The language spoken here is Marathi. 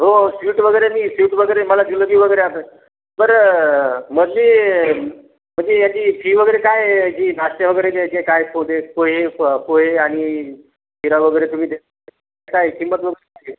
हो स्वीट वगैरे मी स्वीट वगैरे मला जिलबी वगैरे असं बरं मधली म्हणजे याची फी वगैरे काय आहे याची नाश्त्या वगैरे जे जे काय पोदे पोहे प पोहे आणि शिरा वगैरे तुम्ही दे काय किंमत वगैरे काय आहे